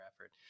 effort